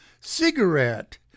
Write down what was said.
cigarette